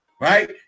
right